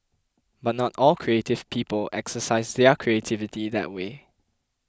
but not all creative people exercise their creativity that way